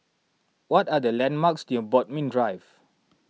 what are the landmarks near Bodmin Drive